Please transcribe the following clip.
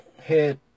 hit